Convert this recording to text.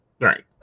Right